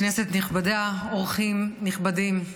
כנסת נכבדה, אורחים נכבדים,